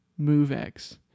Movex